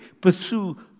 Pursue